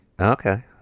Okay